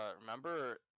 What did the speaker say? remember